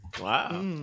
Wow